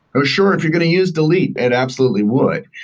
ah sure. if you're going to use delete, it absolutely would.